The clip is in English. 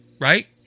Right